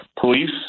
police